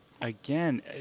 again